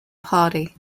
party